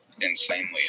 insanely